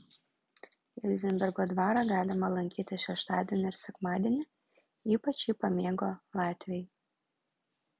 ilzenbergo dvarą galima lankyti šeštadienį ir sekmadienį ypač jį pamėgo latviai